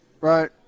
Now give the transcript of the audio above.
Right